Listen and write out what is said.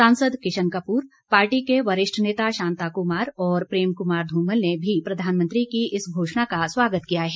सांसद किशन कपूर पार्टी के वरिष्ठ नेता शांता कुमार और प्रेम कुमार धूमल ने भी प्रधानमंत्री की इस घोषणा का स्वागत किया है